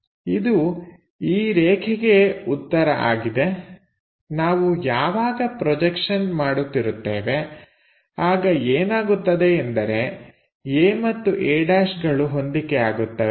ಇದು ಈ ರೇಖೆಗೆ ಉತ್ತರ ಆಗಿದೆ ನಾವು ಯಾವಾಗ ಪ್ರೊಜೆಕ್ಷನ್ ಮಾಡುತ್ತಿರುತ್ತೇವೆ ಆಗ ಏನಾಗುತ್ತದೆ ಎಂದರೆ a ಮತ್ತು a' ಗಳು ಹೊಂದಿಕೆ ಆಗುತ್ತವೆ